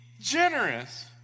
generous